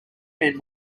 men